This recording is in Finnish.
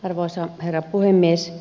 arvoisa herra puhemies